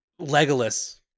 Legolas